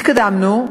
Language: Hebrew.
התקדמנו,